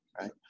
right